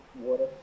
water